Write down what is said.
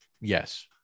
yes